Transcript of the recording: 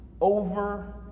over